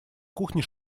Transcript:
кухне